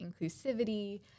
inclusivity